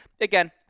again